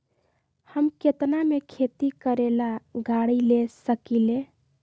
हम केतना में खेती करेला गाड़ी ले सकींले?